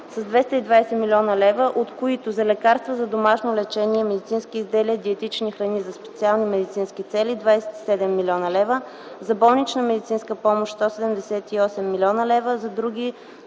с 220 млн. лв., от които: - за лекарства за домашно лечение, медицински изделия и диетични храни за специални медицински цели 27 млн. лв.; - за болнична медицинска помощ 178 млн. лв.; - за други